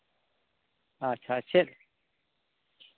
ᱟᱪᱪᱷᱟ ᱪᱮᱫ